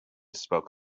spoke